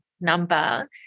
number